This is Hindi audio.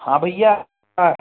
हाँ भैया